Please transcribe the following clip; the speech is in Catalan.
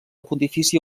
pontifícia